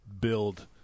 build